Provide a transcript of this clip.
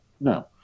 no